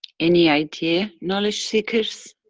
any idea knowledge seekers?